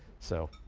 so